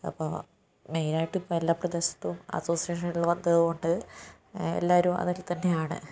അപ്പോൾ മെയിനായിട്ട് ഇപ്പോൾ എല്ലാ പ്രദേശത്തും അസോസിയേഷൻ ഉള്ളതുകൊണ്ട് എല്ലാവരും അതിൽ തന്നെയാണ്